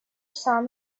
son